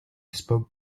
spoke